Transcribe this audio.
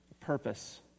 purpose